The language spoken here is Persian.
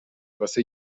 واسه